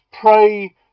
pray